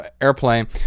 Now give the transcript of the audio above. airplane